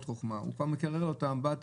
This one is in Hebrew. חוכמה כי הראשון כבר קירר לו את האמבטיה.